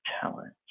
talent